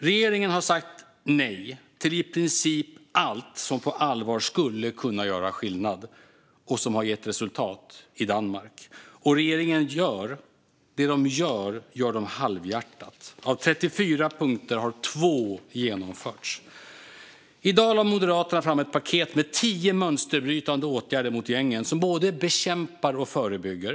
Regeringen har sagt nej till i princip allt som på allvar skulle kunna göra skillnad och som har gett resultat i Danmark. Och det regeringen gör gör den halvhjärtat. Av 34 punkter har två genomförts. I dag lade Moderaterna fram ett paket med förslag på tio mönsterbrytande åtgärder mot gängen. De både bekämpar och förebygger.